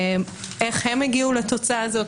איך הם הגיעו לתוצאה הזו.